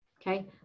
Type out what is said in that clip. okay